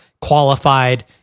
qualified